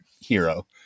hero